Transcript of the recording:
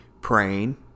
praying